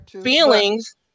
feelings